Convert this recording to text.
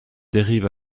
dérive